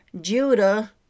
Judah